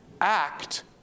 Act